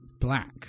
black